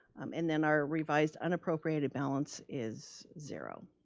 and then our revised unappropriated balance is zero.